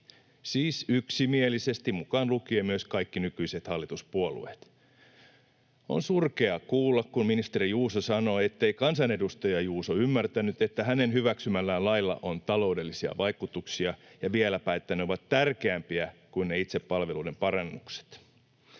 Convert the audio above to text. siis yksimielisesti, mukaan lukien myös kaikki nykyiset hallituspuolueet. On surkeaa kuulla, kun ministeri Juuso sanoi, ettei kansanedustaja Juuso ymmärtänyt, että hänen hyväksymällään lailla on taloudellisia vaikutuksia, ja vieläpä, että ne ovat tärkeämpiä kuin ne itse palveluiden parannukset.